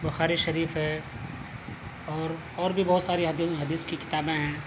بخاری شریف ہے اور اور بھی بہت ساری حدی حدیث کی کتابیں ہیں